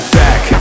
back